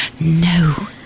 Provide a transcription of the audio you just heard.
No